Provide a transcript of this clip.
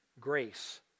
Grace